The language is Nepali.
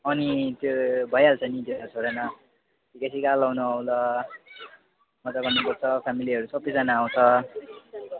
अनि त्यो भइहाल्छ नि छोड न टिका लगाउन आऊ ल मजा गर्नु पर्छ फ्यामिलीहरू सबैजना आउँछ